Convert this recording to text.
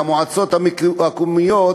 והמועצות המקומיות,